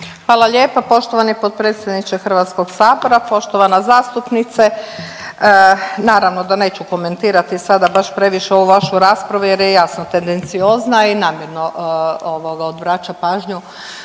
Hvala lijepa poštovani potpredsjedniče Hrvatskoga sabora. Poštovana zastupnice naravno da neću komentirati sada baš previše ovu vašu raspravu, jer je jasno tendenciozna i namjerno odvraća pažnju